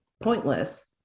pointless